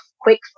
quick